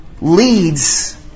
leads